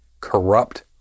corrupt